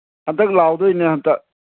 ꯍꯟꯗꯛ ꯂꯥꯎꯒꯗꯣꯏꯅꯦ ꯈꯟꯗꯛ